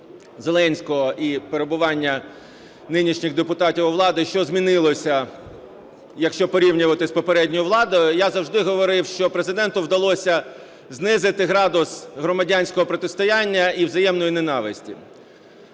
Зеленського і перебування нинішніх депутатів у владі, що змінилося, якщо порівнювати з попередньою владою, я завжди говорив, що Президенту вдалося знизити градус громадського протистояння і взаємної ненависті.